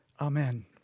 Amen